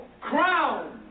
crown